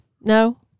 no